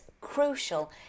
crucial